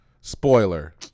Spoiler